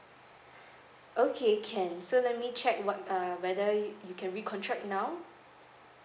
okay can so let me check what uh whether you can re-contract now